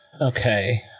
Okay